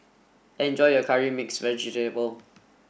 enjoy your curry mixed vegetable